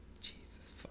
Jesus